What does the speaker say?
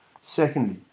Secondly